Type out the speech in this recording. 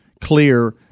clear